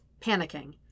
panicking